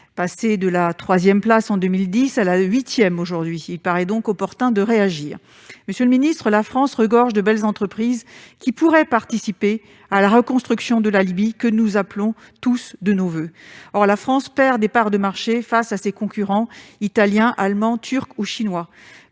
Libye, de la troisième place en 2010 à la huitième aujourd'hui. Il semble donc opportun de réagir ! Notre pays regorge de belles entreprises qui pourraient participer à la reconstruction de la Libye, que nous appelons tous de nos voeux. Or la France perd des parts de marchés face à ses concurrents italiens, allemands, turcs ou chinois.